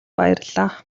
баярлалаа